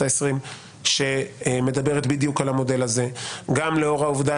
ה-20 שמדברת בדיוק על המודל הזה גם לאור העובדה